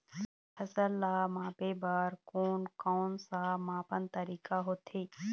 फसल ला मापे बार कोन कौन सा मापन तरीका होथे?